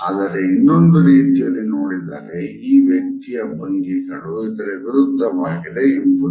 ಆದರೆ ಇನ್ನೊಂದು ರೀತಿಯಲ್ಲಿ ನೋಡಿದರೆ ಈ ವ್ಯಕ್ತಿಯ ಭಂಗಿಗಳು ಇದರ ವಿರುದ್ಧವಾಗಿದೆ ಎಂಬುದು